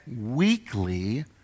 weekly